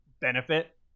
benefit